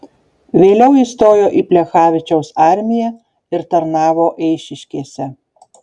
vėliau įstojo į plechavičiaus armiją ir tarnavo eišiškėse